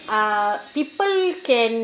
ah people can